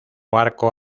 barco